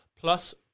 plus